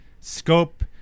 Scope